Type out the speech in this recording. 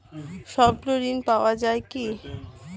স্বল্প ঋণ পাওয়া য়ায় কি?